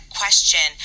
question